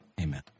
Amen